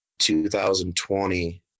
2020